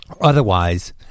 otherwise